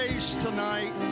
tonight